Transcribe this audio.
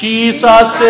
Jesus